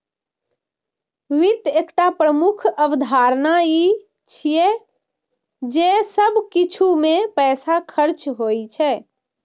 वित्त के एकटा प्रमुख अवधारणा ई छियै जे सब किछु मे पैसा खर्च होइ छै